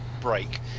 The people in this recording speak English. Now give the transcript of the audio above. break